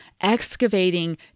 excavating